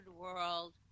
World